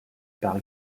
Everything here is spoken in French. par